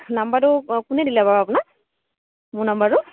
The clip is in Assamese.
নাম্বাৰটো কোনে দিলে বাৰু আপোনাক মোৰ নাম্বাৰটো